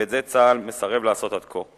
ואת זה צה"ל מסרב לעשות עד כה.